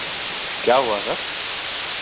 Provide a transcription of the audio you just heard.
क्या हुआ सर